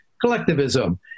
collectivism